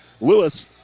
Lewis